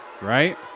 Right